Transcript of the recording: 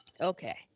Okay